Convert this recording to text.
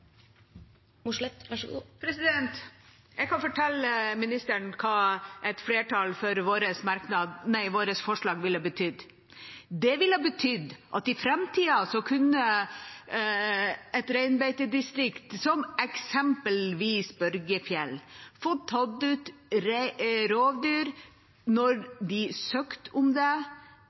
Jeg kan fortelle ministeren hva et flertall for vårt forslag ville betydd. Det ville ha betydd at i framtida kunne en i et reinbeitedistrikt som eksempelvis Børgefjell få tatt ut rovdyr når de søkte om det.